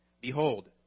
Behold